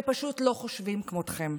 שפשוט לא חושבים כמותכם: